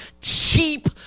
cheap